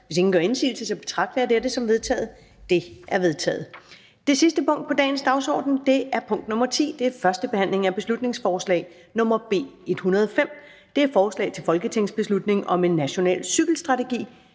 hvis ingen gør indsigelse, betragter jeg dette som vedtaget. Det er vedtaget. --- Det næste punkt på dagsordenen er: 9) 1. behandling af beslutningsforslag nr. B 104: Forslag til folketingsbeslutning om en national strategi